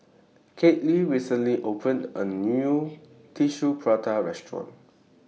Kyleigh recently opened A New Tissue Prata Restaurant